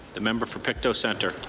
the member for pictou centre.